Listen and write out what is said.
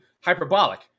hyperbolic